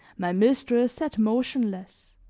my mistress sat motionless,